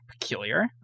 peculiar